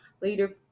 later